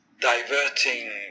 diverting